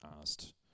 asked